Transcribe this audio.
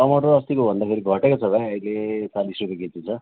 टमाटर अस्तिको भन्दाखेरि घटेको छ भाइ अहिले चालिस रुपियाँ केजी छ